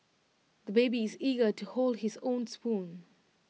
the baby is eager to hold his own spoon